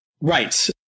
Right